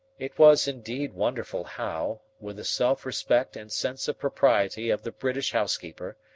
it was indeed wonderful how, with the self-respect and sense of propriety of the british housekeeper,